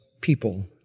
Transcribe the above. people